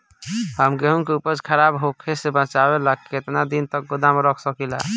हम गेहूं के उपज खराब होखे से बचाव ला केतना दिन तक गोदाम रख सकी ला?